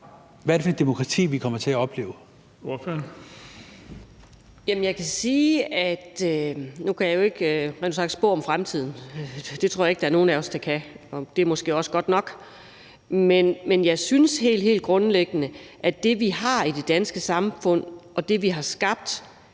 Kl. 18:41 Anni Matthiesen (V): Nu kan jeg jo rent ud sagt ikke spå om fremtiden, det tror jeg ikke der er nogen af os der kan, og det er måske også godt nok, men jeg synes helt, helt grundlæggende, at det, vi har i det danske samfund, og det, vi har skabt,